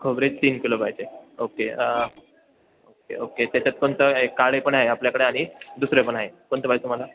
खोबरे तीन किलो पाहिजे ओके ओके ओके त्याच्यात कोणतं काळे पण आहे आपल्याकडे आणि दुसरे पण आहे कोणतं पाहिजे तुम्हाला